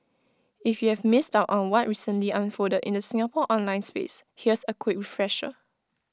if you've missed out on what recently unfolded in the Singapore online space here's A quick refresher